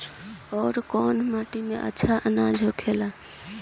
अवर कौन माटी मे अच्छा आनाज होला?